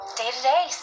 day-to-day